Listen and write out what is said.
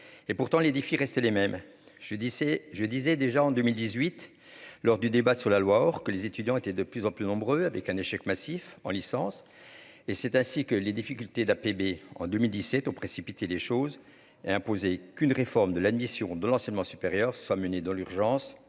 et pourtant les défis restent les mêmes, je disais, je disais, déjà en 2018 lors du débat sur la loi alors que les étudiants étaient de plus en plus nombreux avec un échec massif en licence et c'est ainsi que les difficultés d'APB en 2017 ont précipité les choses et imposer qu'une réforme de l'admission de l'enseignement supérieur soit menée dans l'urgence